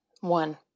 one